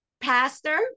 pastor